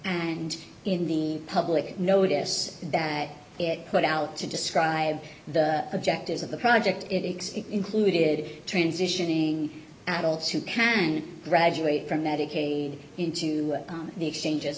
and in the public notice that it put out to describe the objectives of the project it included transitioning adults who can graduate from medicaid into the exchanges